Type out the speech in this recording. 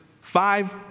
five